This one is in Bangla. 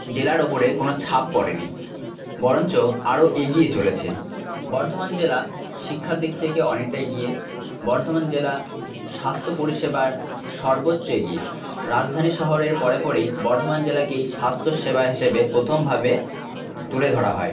জেলার ওপরে কোনো ছাপ পড়েনি বরঞ্চ আরও এগিয়ে চলেছে বর্ধমান জেলা শিক্ষার দিক থেকে অনেকটা এগিয়ে বর্ধমান জেলা স্বাস্থ্য পরিষেবার সর্বোচ্চ এগিয়ে রাজধানী শহরের পরে পরেই বর্ধমান জেলাকেই স্বাস্থ্যসেবা হিসেবে প্রথমভাবে তুলে ধরা হয়